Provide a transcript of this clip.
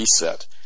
reset